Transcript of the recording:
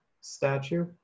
statue